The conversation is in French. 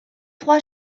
trois